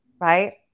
right